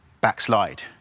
backslide